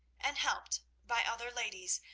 and, helped by other ladies,